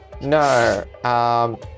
No